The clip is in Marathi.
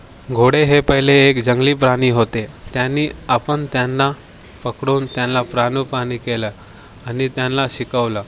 घोडे हे पहिले एक जंगली प्राणी होते त्यांनी आपण त्यांना पकडून त्यांला प्रानुपानी केलं आणि त्यांला शिकवलं